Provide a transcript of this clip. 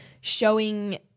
Showing